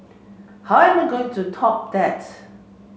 how am I going to top that